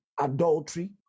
adultery